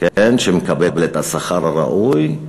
שמקבל את השכר הראוי,